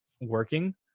working